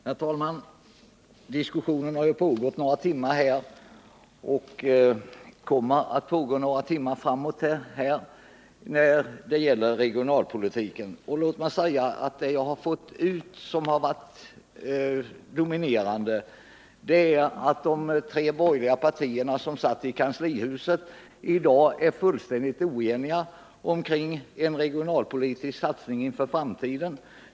Herr talman! Diskussionen när det gäller regionalpolitiken har pågått några timmar och kommer att pågå ytterligare flera timmar framöver. Det dominerande intrycket jag har fått av debatten är att de tre borgerliga partierna, som satt tillsammans i kanslihuset, i dag är fullständigt oeniga när det gäller de regionalpolitiska satsningarna inför framtiden.